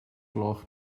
gloch